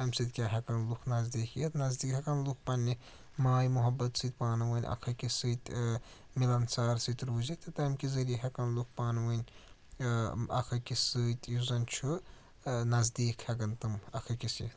امہِ سۭتۍ کیٛاہ ہٮ۪کن لُکھ نزدیٖک یِتھ نَزدیٖک ہٮ۪کن لُکھ پنٛنہِ ماے محبت سۭتۍ پانہٕ ؤنۍ اکھ أکِس سۭتۍ مِلن سار سۭتۍ روٗزِتھ تہٕ تمہِ کہِ ذٔریعہٕ ہٮ۪کن لُکھ پانہٕ ؤنۍ اَکھ أکِس سۭتۍ یُس زَن چھُ نزدیٖک ہٮ۪کن تِم اکھ أکِس سۭتۍ